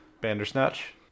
bandersnatch